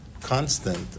constant